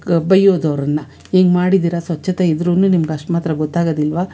ಬೈಯೋದು ಅವರನ್ನ ಹಿಂಗೆ ಮಾಡಿದ್ದೀರಿ ಸ್ವಚ್ಚತೆ ಇದ್ರೂ ನಿಮ್ಗೆ ಅಷ್ಟು ಮಾತ್ರ ಗೊತ್ತಾಗೋದಿಲ್ವ